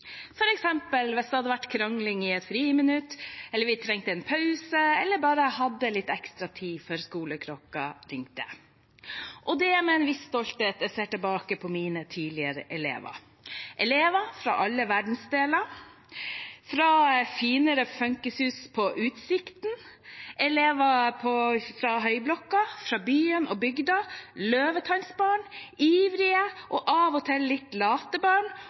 eksempel hvis det hadde vært krangling i et friminutt, eller vi trengte en pause eller bare hadde litt ekstra tid før skoleklokka ringte. Det er med en viss stolthet jeg ser tilbake på mine tidligere elever. Det har vært elever fra alle verdensdeler, fra finere funkishus på Utsikten, elever fra høyblokka, fra byen og bygda, løvetannbarn, ivrige og av og til litt late barn,